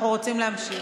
אנחנו רוצים להמשיך.